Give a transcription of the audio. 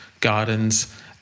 gardens